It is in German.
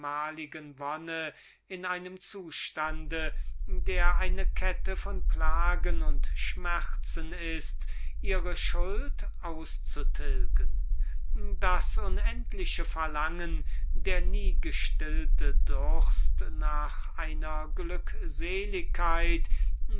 in einem zustand der eine kette von plagen und schmerzen ist ihre schuld auszutilgen das unendliche verlangen der nie gestillte durst nach einer